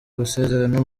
amasezerano